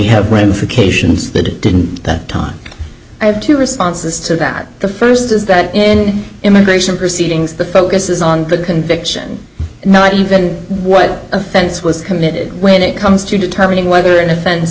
have ramifications that it didn't that time i have two responses to that the first is that in immigration proceedings the focus is on the conviction not even what offense was committed when it comes to determining whether